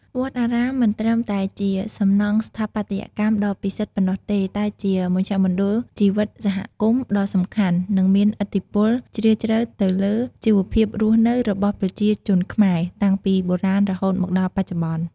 វត្តអារាមមិនត្រឹមតែជាសំណង់ស្ថាបត្យកម្មដ៏ពិសិដ្ឋប៉ុណ្ណោះទេ តែជា មជ្ឈមណ្ឌលជីវិតសហគមន៍ ដ៏សំខាន់ និងមានឥទ្ធិពលជ្រាលជ្រៅទៅលើជីវភាពរស់នៅរបស់ប្រជាជនខ្មែរ តាំងពីបុរាណរហូតមកដល់បច្ចុប្បន្ន។